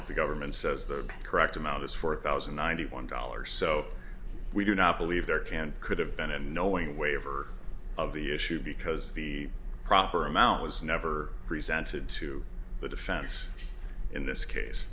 now the government says the correct amount is four thousand and ninety one dollars so we do not believe there can could have been and knowing waiver of the issue because the proper amount was never presented to the defense in this case